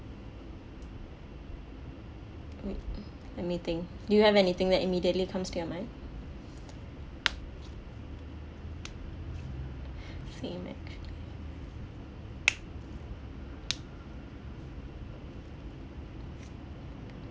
wait let me think do you have anything that immediately comes to your mind same actually